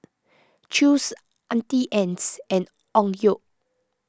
Chew's Auntie Anne's and Onkyo